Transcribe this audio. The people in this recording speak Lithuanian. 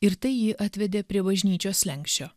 ir tai jį atvedė prie bažnyčios slenksčio